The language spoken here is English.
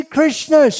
Krishna